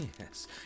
Yes